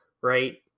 right